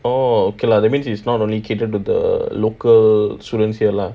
oh okay lah that means it's not only catered to the local students here lah